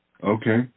okay